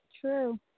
True